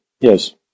yes